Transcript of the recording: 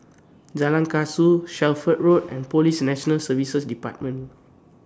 Jalan Kasau Shelford Road and Police National Service department